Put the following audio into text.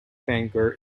anger